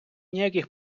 ніяких